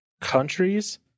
countries